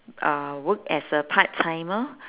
uh work as a part timer